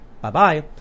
bye-bye